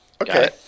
Okay